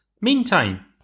Meantime